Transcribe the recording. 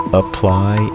apply